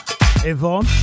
Yvonne